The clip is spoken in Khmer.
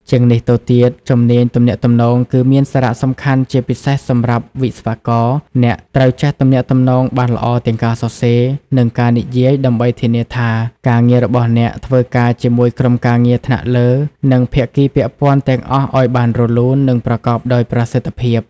ជាងនេះទៅទៀតជំនាញទំនាក់ទំនង គឺមានសារៈសំខាន់ជាពិសេសសម្រាប់វិស្វករ អ្នកត្រូវចេះទំនាក់ទំនងបានល្អទាំងការសរសេរ និងការនិយាយដើម្បីធានាថាការងាររបស់អ្នកធ្វើការជាមួយក្រុមការងារថ្នាក់លើ និងភាគីពាក់ព័ន្ធទាំងអស់ឲ្យបានរលូន និងប្រកបដោយប្រសិទ្ធភាព។